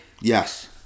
Yes